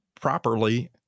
properly